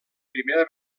primera